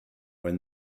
when